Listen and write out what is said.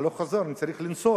הלוך חזור, אני צריך לנסוע.